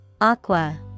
Aqua